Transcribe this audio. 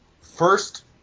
First